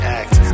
act